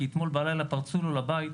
כי אתמול בלילה פרצו לו לבית,